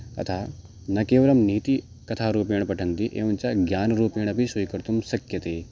तथा न केवलं नीतिकथारूपेण पठन्ति एवञ्च ज्ञानरूपेणापि स्वीकर्तुं शक्यते